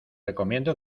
recomiendo